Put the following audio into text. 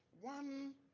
One